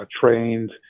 trained